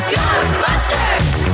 Ghostbusters